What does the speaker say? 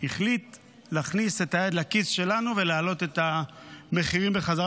החליט להכניס את היד לכיס שלנו ולהעלות את המחירים בחזרה,